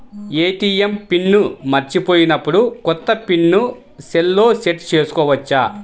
ATM pin మరచిపోయినప్పుడు, కొత్త pin సెల్లో సెట్ చేసుకోవచ్చా?